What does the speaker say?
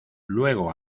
luego